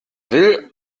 will